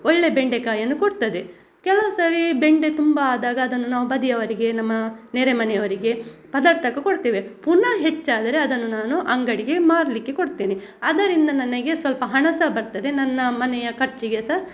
ಒಳ್ಳೆ ಬೆಂಡೆಕಾಯನ್ನು ಕೊಡ್ತದೆ ಕೆಲವು ಸರಿ ಬೆಂಡೆ ತುಂಬಾ ಆದಾಗ ಅದನ್ನು ನಾವು ಬದಿಯವರಿಗೆ ನಮ್ಮ ನೆರೆ ಮನೆಯವರಿಗೆ ಪದಾರ್ಥಕ್ಕು ಕೊಡ್ತೇವೆ ಪುನಃ ಹೆಚ್ಚಾದರೆ ಅದನ್ನು ನಾನು ಅಂಗಡಿಗೆ ಮಾರಲಿಕ್ಕೆ ಕೊಡ್ತೇನೆ ಅದರಿಂದ ನನಗೆ ಸ್ವಲ್ಪ ಹಣ ಸಹ ಬರ್ತದೆ ನನ್ನ ಮನೆಯ ಖರ್ಚಿಗೆ ಸಹ